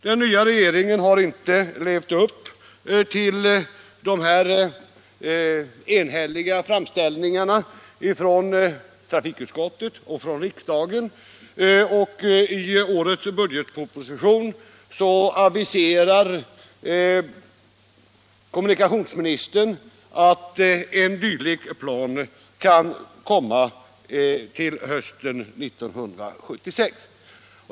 Den nya regeringen har inte tillmötesgått dessa enhälliga framställningar från trafikutskottet och riksdagen, men i årets budgetproposition aviserar kommunikationsministern att en dylik plan kan komma till hösten 1977.